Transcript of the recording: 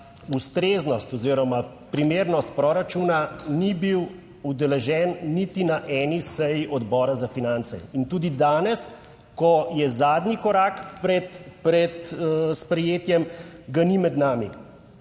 ustreznost oziroma primernost proračuna ni bil udeležen niti na eni seji Odbora za finance in tudi danes, ko je zadnji korak pred, pred sprejetjem, ga ni med nami.